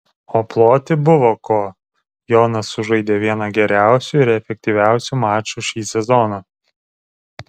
o ploti buvo ko jonas sužaidė vieną geriausių ir efektyviausių mačų šį sezoną